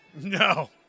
No